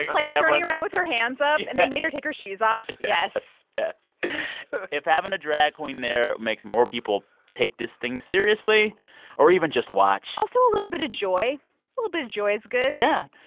like, turning around with her hands up and they made her take her shoes off. yes yes if having a drag queen there makes more people take this thing seriously or even just watch. also, a little bit of joy a little bit of joy is good yeah.